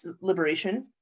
liberation